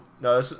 no